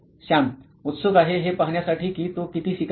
श्याम उत्सुक आहे हे पाहण्यासाठी की तो किती शिकला आहे